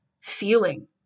feeling